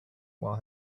while